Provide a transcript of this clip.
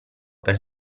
per